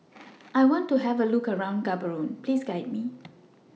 I want to Have A Look around Gaborone Please Guide Me